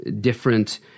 different